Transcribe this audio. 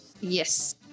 Yes